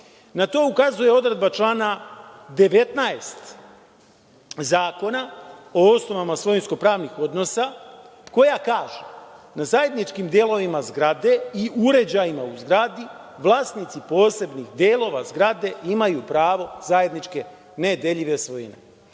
Na to ukazuje odredba člana 19. Zakona o osnovama svojinsko-pravnih odnosa, koja kaže: „Na zajedničkim delovima zgrade i uređajima u zgradi vlasnici posebnih delova zgrade imaju pravo zajedničke nedeljive svojine“.